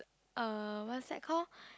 uh what's that called